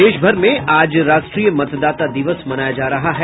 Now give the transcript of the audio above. और देश भर में आज राष्ट्रीय मतदाता दिवस मनाया जा रहा है